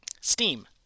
steam